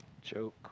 Joke